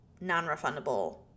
non-refundable